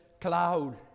cloud